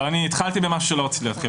אבל אני התחלתי במשהו שלא רציתי להתחיל.